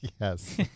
Yes